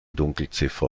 dunkelziffer